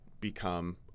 become